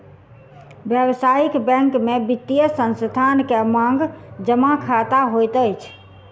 व्यावसायिक बैंक में वित्तीय संस्थान के मांग जमा खता होइत अछि